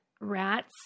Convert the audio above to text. rats